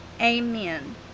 amen